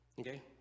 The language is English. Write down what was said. Okay